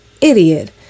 Idiot